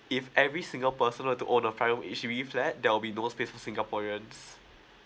if every single personal to own the five room H_D_B flat there will be no space for singaporeans